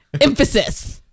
emphasis